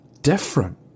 different